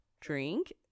drink